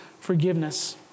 forgiveness